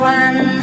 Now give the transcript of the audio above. one